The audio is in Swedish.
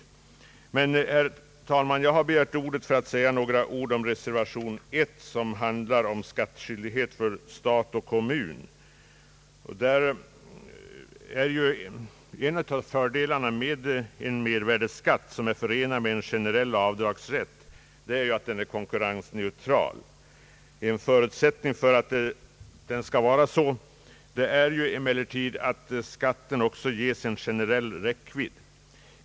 Herr talman! Jag begärde egentligen ordet för att säga några ord om reservation nr 1 beträffande skattskyldighet för stat och kommun. En av fördelarna med mervärdeskatt, förenad med generell avdragsrätt, är att den blir konkur rensneutral. En förutsättning för detta är emellertid att skatten också får en generell räckvidd.